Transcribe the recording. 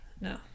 No